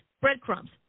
breadcrumbs